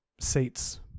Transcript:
seats